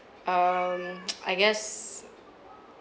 um I guess